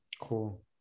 cool